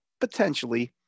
Potentially